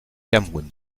cameroun